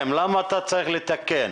למה אתה צריך לתקן?